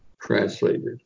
translated